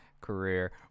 career